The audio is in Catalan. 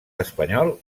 espanyol